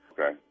Okay